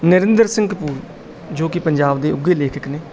ਨਰਿੰਦਰ ਸਿੰਘ ਕਪੂਰ ਜੋ ਕਿ ਪੰਜਾਬ ਦੇ ਉੱਗੇ ਲੇਖਕ ਨੇ